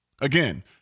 Again